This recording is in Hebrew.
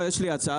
הצעה